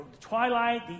twilight